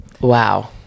Wow